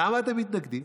למה אתם מתנגדים?